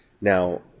Now